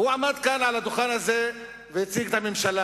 הוא עמד כאן על הדוכן הזה והציג את הממשלה,